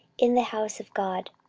in the house of god,